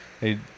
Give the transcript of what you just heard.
Hey